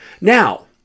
Now